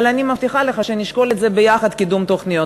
אבל אני מבטיחה לך שנשקול את זה ביחד עם קידום תוכניות.